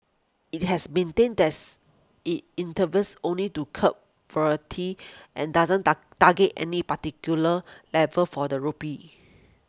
it has maintained that's it intervenes only to curb and doesn't target any particular level for the rupee